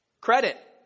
credit